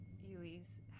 yui's